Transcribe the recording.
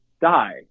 die